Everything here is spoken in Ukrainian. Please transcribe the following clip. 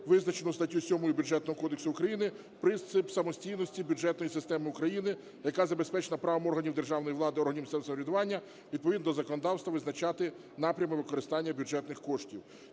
визначений статтею 7 Бюджетного кодексу України принцип самостійності бюджетної системи України, який забезпечений правом органів державної влади, органів самоврядування відповідно законодавству визначати напрями використання бюджетних коштів.